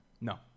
No